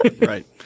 Right